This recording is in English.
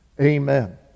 amen